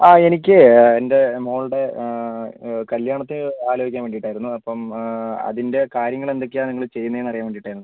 എനിക്ക് എന്റെ മോൾടെ കല്ല്യാണത്തിന് ആലോചിക്കാൻ വേണ്ടീട്ടായിരുന്നു അപ്പം അതിൻ്റെ കാര്യങ്ങൾ എന്തൊക്കെയാണ് നിങ്ങൾ ചെയ്യുന്നതെന്ന് അറിയാൻ വേണ്ടീട്ടായിരുന്നു